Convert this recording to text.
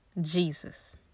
Jesus